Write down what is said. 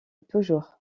toujours